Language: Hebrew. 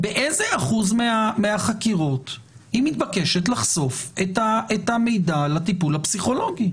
באיזה אחוז מהחקירות היא מתבקשת לחשוף את המידע על הטיפול הפסיכולוגי?